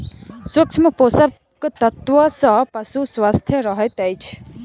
सूक्ष्म पोषक तत्व सॅ पशु स्वस्थ रहैत अछि